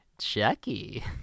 Chucky